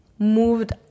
moved